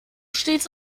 stets